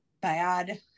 bad